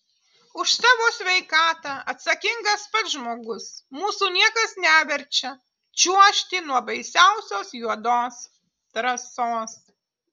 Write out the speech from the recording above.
už savo sveikatą atsakingas pats žmogus mūsų niekas neverčia čiuožti nuo baisiausios juodos trasos